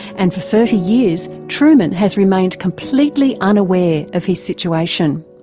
and for thirty years, truman has remained completely unaware of his situation.